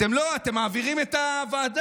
אתם לא, אתם מעבירים את הוועדה.